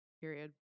period